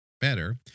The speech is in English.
better